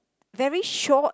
very short